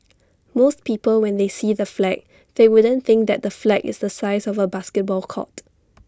most people when they see the flag they wouldn't think that the flag is the size of A basketball court